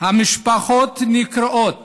המשפחות נקרעות